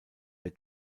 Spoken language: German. der